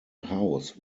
house